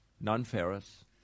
non-ferrous